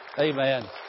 Amen